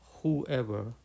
whoever